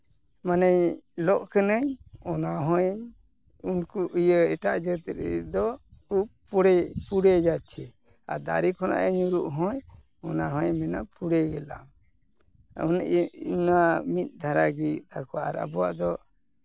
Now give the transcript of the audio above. ᱢᱟᱱᱮ ᱞᱚᱜ ᱠᱟᱱᱟᱹᱧ ᱚᱱᱟ ᱦᱚᱭ ᱩᱱᱠᱩ ᱮᱴᱟᱜ ᱡᱟᱹᱛᱤ ᱨᱮᱱ ᱫᱚᱠᱚ ᱯᱩᱲᱮ ᱡᱟᱪᱪᱷᱤ ᱟᱨ ᱫᱟᱨᱮ ᱠᱷᱚᱱᱟᱜ ᱧᱩᱨᱩᱜ ᱦᱚᱭ ᱚᱱᱟ ᱦᱚᱭ ᱢᱮᱱᱟ ᱯᱩᱲᱮ ᱜᱮᱞᱟᱢ ᱤᱧ ᱱᱚᱣᱟ ᱢᱤᱫ ᱫᱷᱟᱨᱟ ᱜᱮ ᱟᱠᱚᱣᱟᱜ ᱟᱨ ᱟᱵᱚᱣᱟᱜ ᱫᱚ